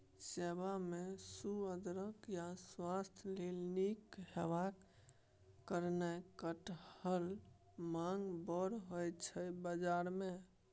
खेबा मे सुअदगर आ स्वास्थ्य लेल नीक हेबाक कारणेँ कटहरक माँग बड़ रहय छै बजार मे